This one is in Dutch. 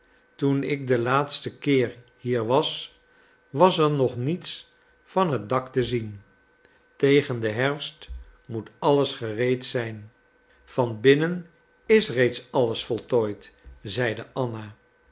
toen ik den laatsten keer hier was was er nog niets van het dak te zien tegen den herfst moet alles gereed zijn van binnen is reeds alles voltooid zeide anna